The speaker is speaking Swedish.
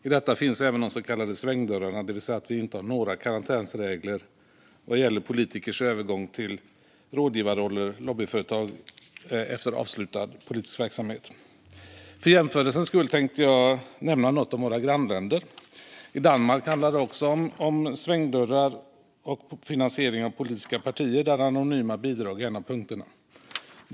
I detta finns även de så kallade svängdörrarna, det vill säga att vi inte har några karantänsregler vad gäller politikers övergång till rådgivarroller eller lobbyföretag efter avslutad politisk verksamhet. För jämförelsens skull tänkte jag nämna något om våra grannländer. I Danmark handlar det också om svängdörrar och finansiering av politiska partier, där anonyma bidrag är en av punkterna.